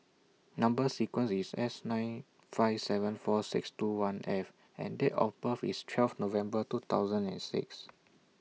Number sequence IS S nine five seven four six two one F and Date of birth IS twelve November two thousand and six